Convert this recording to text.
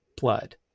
blood